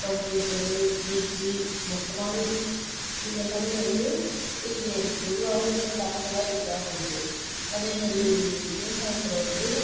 computer fridge மொத்தமாகவே இது எல்லாம் வந்து இது இதுக்கு எங் பொதுவாகவே வந்து கரண்ட்டு தான் இதுக்கு தேவைப்படுது அதேமாதிரி விவசாயத்தில் வந்து